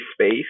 space